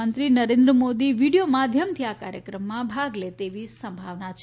પ્રધાનમંત્રી નરેન્દ્ર મોદી વિડિયો માધ્યમથી આ કાર્યક્રમમાં ભાગ લે તેવી સંભાવના છે